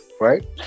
right